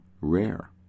rare